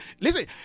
Listen